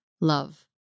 love